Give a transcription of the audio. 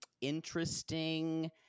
interesting